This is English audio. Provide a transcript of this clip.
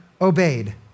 obeyed